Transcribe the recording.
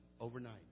overnight